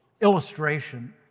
illustration